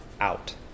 out